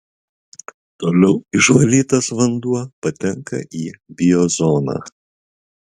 toliau išvalytas vanduo patenka į biozoną